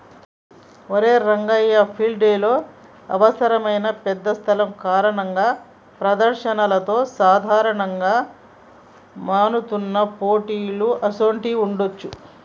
అరే రంగయ్య ఫీల్డ్ డెలో అవసరమైన పెద్ద స్థలం కారణంగా ప్రదర్శనలతో సాధారణంగా మన్నుతున్న పోటీలు అసోంటివి ఉండవచ్చా